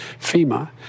FEMA